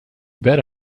bet